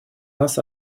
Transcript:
нас